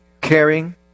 caring